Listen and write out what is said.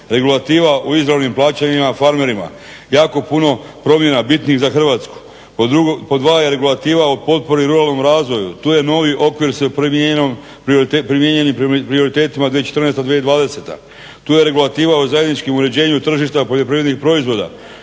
regulativa u izravnim plaćanjima farmerima. Jako puno promjena bitnih za Hrvatsku. Pod dva je regulativa o potpori i ruralnom razvoju. Tu je novi okvir s primjenom prioriteta 2014.-2020. Tu je regulativa o zajedničkom uređenju tržišta poljoprivrednih proizvoda